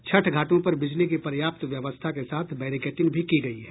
छठ घाटों पर बिजली की पर्याप्त व्यवस्था के साथ बैरिकेडिंग भी की गई है